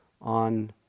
on